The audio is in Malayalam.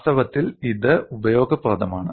വാസ്തവത്തിൽ ഇത് ഉപയോഗപ്രദമാണ്